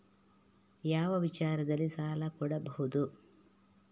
ಯಾವ ವಿಚಾರದಲ್ಲಿ ಸಾಲ ಕೊಡಬಹುದು?